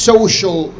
Social